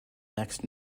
next